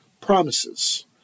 promises